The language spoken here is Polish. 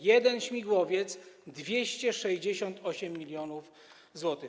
Jeden śmigłowiec - 268 mln zł.